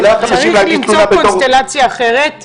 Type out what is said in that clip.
צריך למצוא פה קונסטלציה אחרת לגמרי.